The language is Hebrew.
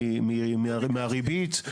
מהריבית,